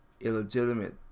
illegitimate